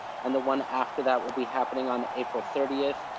and the one after that will be happening on april thirtieth.